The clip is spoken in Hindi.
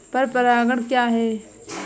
पर परागण क्या है?